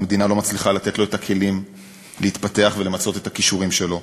והמדינה לא מצליחה לתת לו את הכלים להתפתח ולמצות את הכישורים שלו,